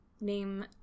Name